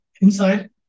inside